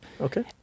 Okay